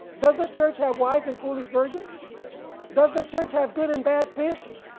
does the church have wise and foolish virgins? yeah does the church have good and bad fish?